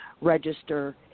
register